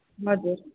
हजुर